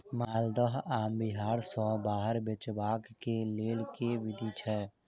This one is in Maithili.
माल्दह आम बिहार सऽ बाहर बेचबाक केँ लेल केँ विधि छैय?